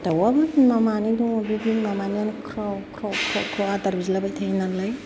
दावाबो बिमा मानै दं बे बिमा मानैयानो ख्राव ख्राव ख्राव ख्राव आदार बिलाबाय थायो नालाय